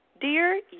Dear